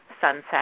sunset